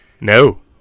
No